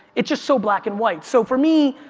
it's just so black and white so for me,